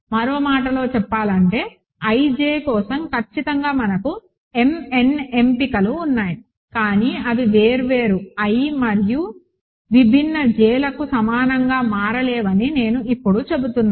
మరో మాటలో చెప్పాలంటే ij కోసం ఖచ్చితంగా మనకు mn ఎంపికలు ఉన్నాయి కానీ అవి వేర్వేరు i మరియు విభిన్న j లకు సమానంగా మారలేవని నేను ఇప్పుడు చెబుతున్నాను